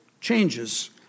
changes